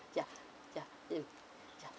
ya ya mm ya